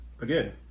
again